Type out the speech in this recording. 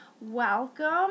Welcome